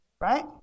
Right